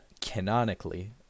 canonically